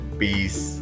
peace